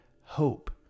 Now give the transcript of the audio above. hope